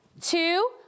two